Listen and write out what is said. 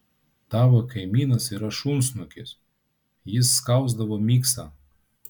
tavo kaimynas yra šunsnukis jis skausdavo miksą